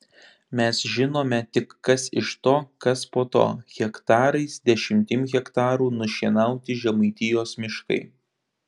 mes žinome tik kas iš to kas po to hektarais dešimtim hektarų nušienauti žemaitijos miškai